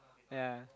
yeah